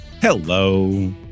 Hello